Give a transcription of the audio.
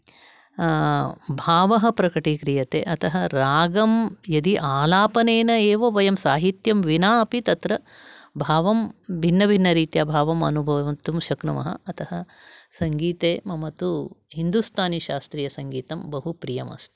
भावः प्रकटीक्रियते अतः रागं यदि आलापनेन एव वयं साहित्यं विना अपि तत्र भावं भिन्नभिन्नरीत्या भावम् अनुभवितुं शक्नुमः अतः सङ्गीते मम तु हिन्दूस्थानिशास्त्रीयसङ्गीतं बहु प्रियम् अस्ति